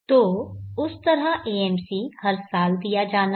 तो उस तरह AMC हर साल दिया जाना है